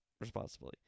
Responsibly